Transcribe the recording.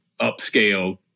upscale